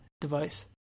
device